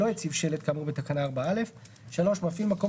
שלא הציב שלט כאמור בתקנה 4(א); מפעיל מקום